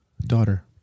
daughter